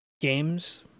games